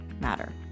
matter